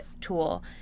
tool